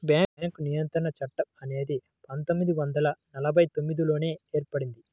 bank నియంత్రణ చట్టం అనేది పందొమ్మిది వందల నలభై తొమ్మిదిలోనే ఏర్పడింది